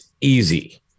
easy